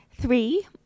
Three